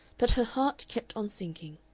but her heart kept on sinking.